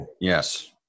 Yes